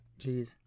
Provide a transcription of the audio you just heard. Jeez